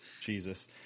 Jesus